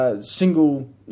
single